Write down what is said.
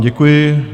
Děkuji.